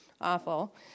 awful